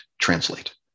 translate